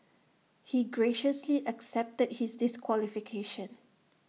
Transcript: he graciously accepted his disqualification